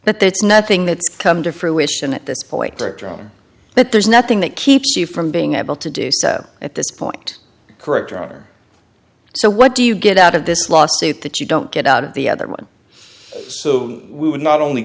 but that's nothing that's come to fruition at this point or drawn but there's nothing that keeps you from being able to do so at this point correct order so what do you get out of this lawsuit that you don't get out of the other one so we would not only